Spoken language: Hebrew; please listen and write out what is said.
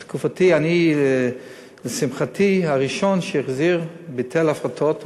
בתקופתי, לשמחתי, הראשון שהחזיר, ביטל החלטות.